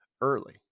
early